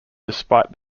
despite